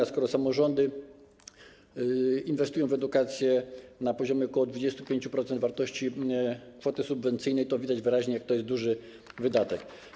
A skoro samorządy inwestują w edukację na poziomie ok. 25% wartości kwoty subwencyjnej, to wyraźnie widać, jak to jest duży wydatek.